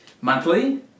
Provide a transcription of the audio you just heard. monthly